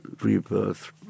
rebirth